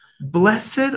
Blessed